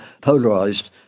polarized